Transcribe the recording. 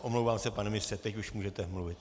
Omlouvám se, pane ministře, teď už můžete mluvit.